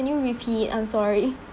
can you repeat I'm sorry